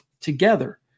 together